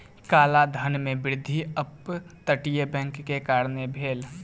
काला धन में वृद्धि अप तटीय बैंक के कारणें भेल